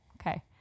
okay